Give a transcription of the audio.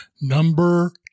Number